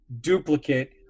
duplicate